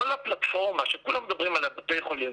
כל הפלטפורמה שכולם מדברים עליה בתי החולים,